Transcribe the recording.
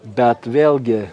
bet vėlgi